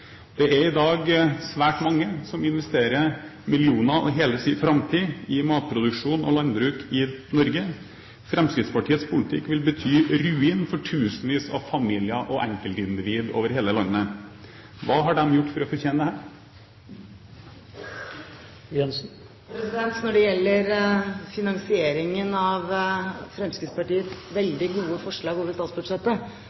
Det er i dag svært mange som investerer millioner og hele sin framtid i matproduksjon og landbruk i Norge. Fremskrittspartiets politikk vil bety ruin for tusenvis av familier og enkeltindivider over hele landet. Hva har de gjort for å fortjene det? Når det gjelder finansieringen av Fremskrittspartiets